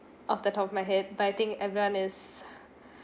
off the top of my head but I think everyone is